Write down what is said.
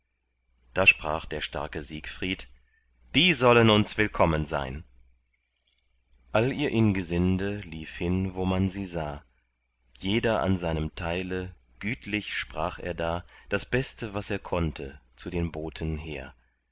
da sprach der starke siegfried die sollen uns willkommen sein all ihr ingesinde lief hin wo man sie sah jeder an seinem teile gütlich sprach er da das beste was er konnte zu den boten hehr